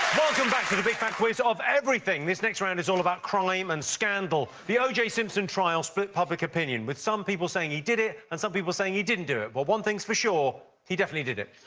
welcome back to the big fat quiz of everything. this next round is all about crime and scandal. the oj simpson trial split public opinion with some people saying he did it and some people saying he didn't do it, but one thing is for sure he definitely did it.